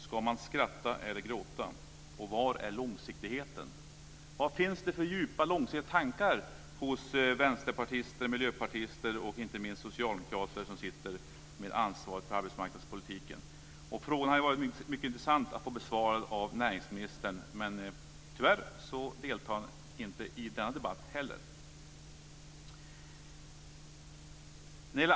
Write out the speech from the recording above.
Ska man skratta eller gråta? Var är långsiktigheten? Vad finns det för djupa, långsiktiga tankar hos vänsterpartister, miljöpartister och inte minst socialdemokrater, som sitter med ansvar för arbetsmarknadspolitiken? Den frågan hade det varit mycket intressant att få besvarad av näringsministern, men tyvärr deltar han inte i denna debatt heller.